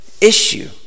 issue